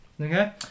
Okay